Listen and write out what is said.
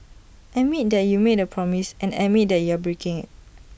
admit that you made A promise and admit that you are breaking IT